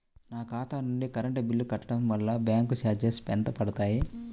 నా ఖాతా నుండి కరెంట్ బిల్ కట్టడం వలన బ్యాంకు చార్జెస్ ఎంత పడతాయా?